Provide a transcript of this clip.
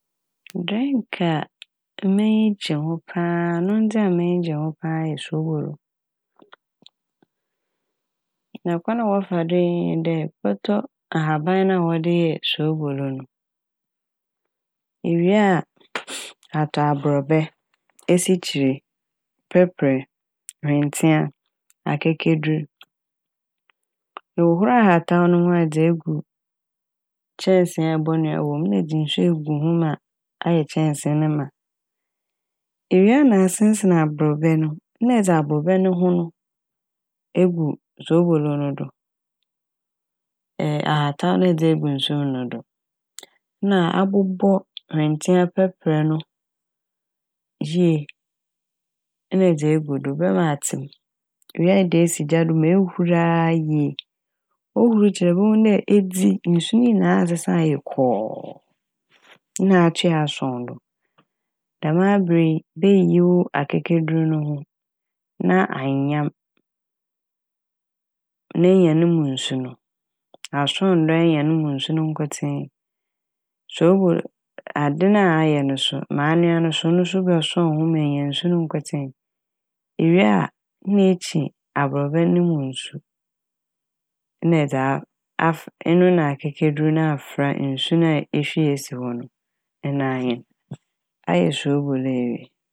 "Drink" a m'enyi gye ho paa a, anomdze a m'enyi gye ho paa yɛ sobolo na kwan a wɔfa do yɛ nye dɛ bɔtɔ ahaban na wɔde yɛ sobolo no. Iwie a atɔ abrobɛ, esikyere, pɛprɛ, hwentia, akɛkedur. Ehohor ahataw no ho a na edze egu kyɛnsee a ɛbonoa wɔ m' ma edze nsu egu ho ma ayɛ kyɛnsee ne ma. Ewie a na asensen abrobɛ no na ɛdze abrobɛ no ho no egu sobolo no do ahataw no a edze egu nsu m' no do na abobɔ hwentia, pɛprɛ no yie na ɛdze egu do bɛma atse m'. Ewie a ɛde esi gya do ma oehur a yie ohur kyɛr a bohu dɛ edzi nsu ne nyinaa asesa ayɛ kɔɔ na atoɛe asɔn do. Dɛm aber yi beyiyi wo akɛkedur no ho na ayɛm na enya no mu nsu no, asɔn do enya no mu nsu no nkotsee. Sobolo - ade na ayɛ no so ma anoa no so no so bɔsɔn ho ma enya nsu no nkotsee ewie a na ekyi abrobɛ ne mu nsu na ɛdze a- afo ɛno na akɛkedur no afora nsu no a ehwie esi hɔ no ɛno ahen ayɛ sobolo ewie.